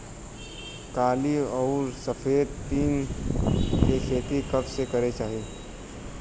काली अउर सफेद तिल के खेती कब करे के चाही?